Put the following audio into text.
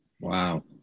Wow